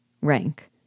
Rank